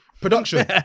Production